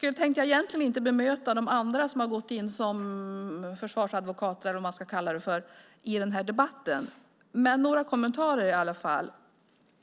Jag tänkte egentligen inte bemöta de andra som har gått in som försvarsadvokater, eller vad man ska kalla det för, i den här debatten. Men jag har några kommentarer i alla fall.